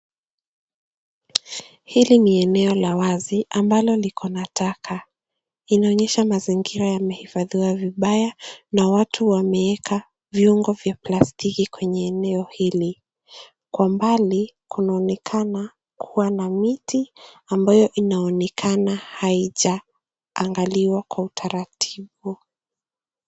Hili ni eneo la wazi ambalo liko na taka inaonyesha mazingira yamehifadhiwa vibaya na watu wameweka viungo vya plastiki kwenye eneo hili. Kwa umbali kunaonekana kuwa na miti ambayo inaonekana haijaangaliwa kwa utaratibu.